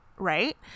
right